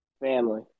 Family